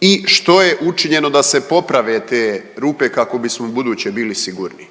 i što je učinjeno da se poprave te rupe kako bismo ubuduće bili sigurni?